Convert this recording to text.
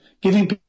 giving